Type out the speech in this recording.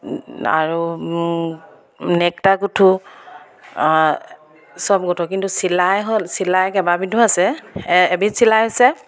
আৰু নেকটা গোঁঠোঁ চব গোঁঠোঁ কিন্তু চিলাই হ'ল চিলাই কেইবাবিধো আছে এ এবিধ চিলাই হৈছে